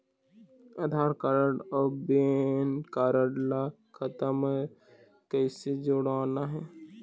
आधार card अऊ PAN card ला खाता म कइसे जोड़वाना हे?